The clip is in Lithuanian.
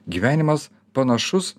gyvenimas panašus